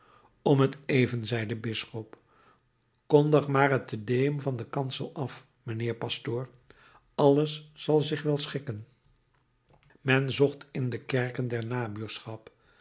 om t even zei de bisschop kondig maar het te deum van den kansel af mijnheer pastoor alles zal zich wel schikken men zocht in de kerken der